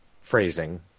phrasing